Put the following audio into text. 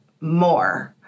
more